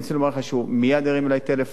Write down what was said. אני רוצה לומר לך שהוא מייד הרים אלי טלפון,